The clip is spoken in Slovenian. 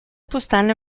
postane